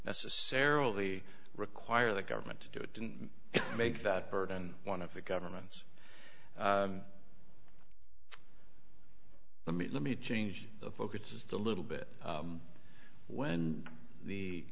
necessarily require the government to do it didn't make that burden one of the government's let me let me change the focus just a little bit when the